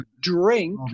drink